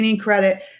credit